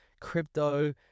crypto